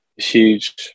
Huge